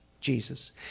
Jesus